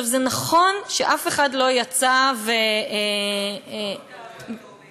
נכון שאף אחד לא יצא, וכל תאוותו בידו.